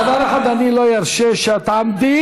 דבר אחד אני לא ארשה: שאת תעמדי,